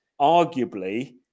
arguably